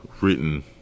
written